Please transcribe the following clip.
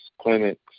clinics